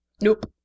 Nope